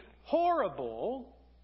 horrible